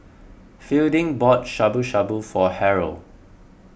Fielding bought Shabu Shabu for Harold